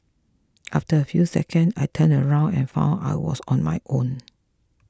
after a few seconds I turned around and found I was on my own